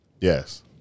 Yes